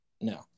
No